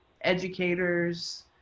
educators